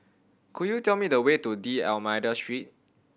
could you tell me the way to D'Almeida Street